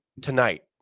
Tonight